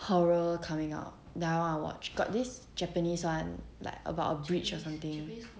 horror coming out now that I watch got this japanese [one] like about a bridge or something